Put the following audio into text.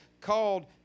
called